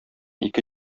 ике